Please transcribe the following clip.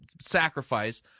sacrifice